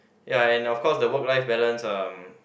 ya and of course the work life balance uh